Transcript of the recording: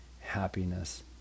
happiness